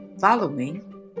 following